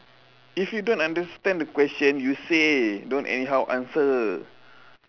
if you don't understand the question you say don't anyhow answer